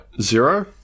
zero